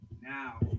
Now